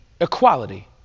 equality